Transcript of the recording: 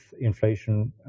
inflation